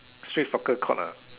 street soccer court ah